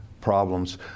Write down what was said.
problems